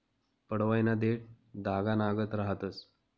पडवयना देठं धागानागत रहातंस